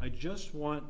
i just want